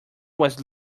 was